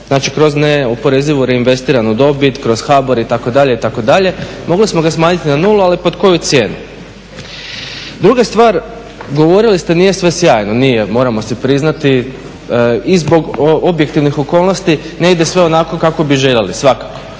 znači kroz neoporezivu, reinvestiranu dobit, kroz HABOR, itd., itd., mogli smo ga smanjiti na 0, ali pod koju cijenu. Druga stvar, govorili ste nije sve sjajno, nije, moramo si priznati i zbog objektivnih okolnosti ne ide sve onako kako bi željeli. No